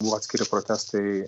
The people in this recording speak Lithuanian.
buvo atskiri protestai